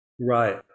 Right